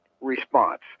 response